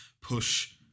Push